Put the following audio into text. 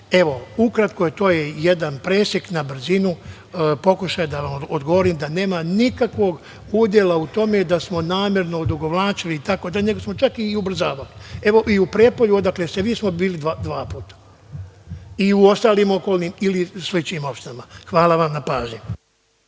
izvršenja. Ukratko je to jedan presek na brzinu, pokušaj da vam odgovorim da nema nikakvog udela u tome da smo namerno odugovlačili, nego smo čak i ubrzavali. I u Prijepolju, odakle ste vi, smo bili dva puta i ostalim okolnim ili svim većim opštinama. Hvala na pažnji.